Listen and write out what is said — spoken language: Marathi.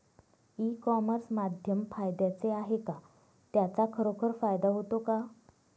ई कॉमर्स माध्यम फायद्याचे आहे का? त्याचा खरोखर फायदा होतो का?